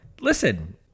listen